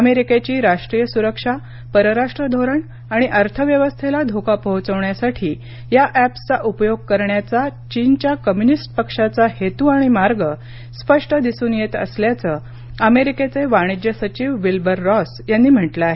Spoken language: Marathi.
अमेरिकेची राष्ट्रीय सुरक्षा परराष्ट्र धोरण आणि अर्थव्यवस्थेला धोका पोहोचवण्यासाठी या ऍप्सचा उपयोग करण्याचा चीनच्या कम्युनिस्ट पक्षाचा हेतू आणि मार्ग स्पष्ट दिसून येत असल्याचं अमेरिकेचे वाणिज्य सचिव विल्बर रॉस यांनी म्हटलं आहे